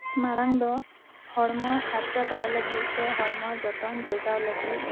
ᱢᱟᱲᱟᱝ ᱫᱚ ᱦᱚᱲᱢᱚ ᱯᱷᱟᱨᱪᱟ ᱫᱚᱦᱚ ᱞᱟᱹᱜᱤᱫ ᱛᱮ ᱦᱚᱲᱢᱚ ᱡᱚᱴᱚᱱ ᱡᱚᱜᱟᱣ ᱞᱟᱹᱜᱤᱫ